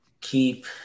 keep